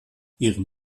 ihren